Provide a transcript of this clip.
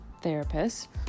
therapist